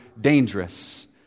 dangerous